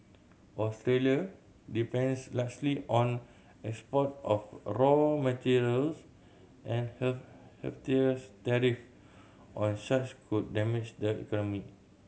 Australia depends largely on export of a raw materials and her heftier tariff on such could damage the economy